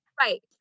Right